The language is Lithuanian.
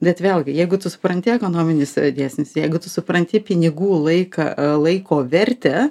bet vėlgi jeigu tu supranti ekonominis dėsnis jeigu tu supranti pinigų laiką laiko vertę